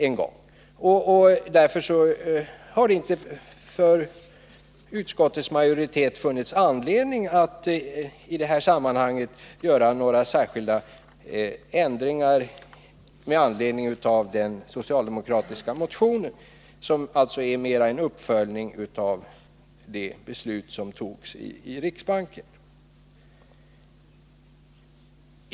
Utskottets majoritet har därför inte funnit anledning att i detta sammanhang företa några ändringar med anledning av den socialdemokratiska motionen, som alltså mera är en uppföljning av det beslut som fattades i riksbanken.